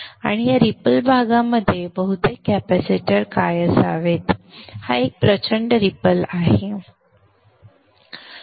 आणि या रिपल भागामध्ये बहुतेक कॅपेसिटर काय असावेत हा एक प्रचंड रिपल आहे संदर्भ वेळ 1511 भाग